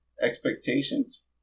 expectations